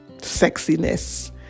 sexiness